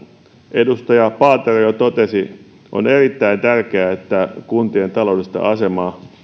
edustaja paatero jo totesi on erittäin tärkeää että kuntien taloudellista asemaa